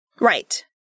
Right